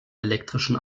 elektrischen